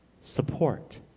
support